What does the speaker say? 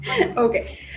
Okay